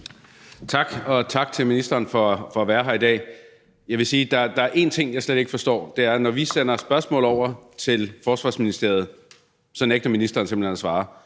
Tak, og tak til ministeren for at være her i dag. Jeg vil sige, at der er én ting, jeg slet ikke forstår, nemlig at når vi sender et spørgsmål over til Forsvarsministeriet, så nægter ministeren simpelt hen at svare.